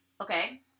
Okay